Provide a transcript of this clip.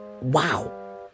Wow